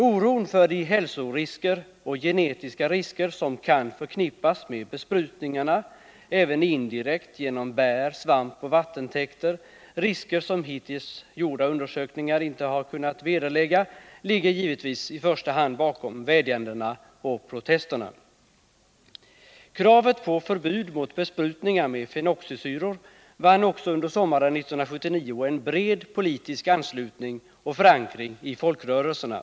Oron för de Nr 26 hälsorisker och genetiska risker som kan förknippas med besprutningarna, Måndagen den även indirekt genom bär, svamp och vattentäkter, risker som hittills gjorda 12 november 1979 undersökningar inte har kunnat vederlägga, ligger givetvis i första hand bakom vädjandena och protesterna. Om förbud mot Kravet på förbud mot besprutningar med fenoxisyror vann också under = SJ:s växtgiftsbe sommaren 1979 en bred politisk anslutning och förankring i folkrörelserna.